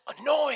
annoying